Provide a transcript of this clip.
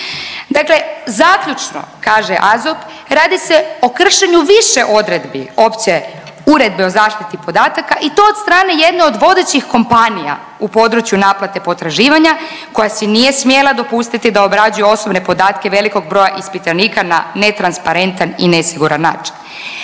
Dakle zaključno, kaže AZOP, radi se o kršenju više odredbi Opće uredbe o zaštiti podataka i to od strane jedne od vodećih kompanija u području naplate potraživanja koja si nije smjela dopustiti da obrađuje osobne podatke velikog broja ispitanika na netransparentan i nesiguran način.